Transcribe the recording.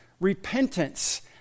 repentance